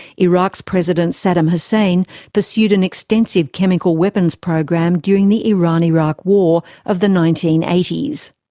iraq's president saddam hussein pursued an extensive chemical weapons program during the iran-iraq war of the nineteen eighty s.